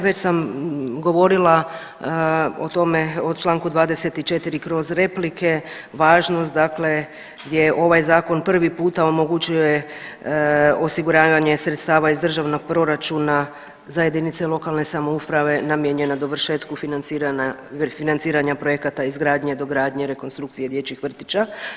Već sam govorila o tome o Članku 24. kroz replike, važnost dakle gdje ovaj zakon prvi puta omogućuje osiguravanje sredstava iz državnog proračuna za jedinice lokalne samouprave namijenjeno dovršetku financiranja projekata izgradnje, dogradnje, rekonstrukcije dječjih vrtića.